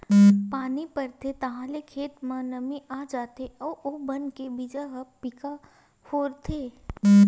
पानी परथे ताहाँले खेत म नमी आ जाथे अउ ओ बन के बीजा ह पीका फोरथे